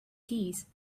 keys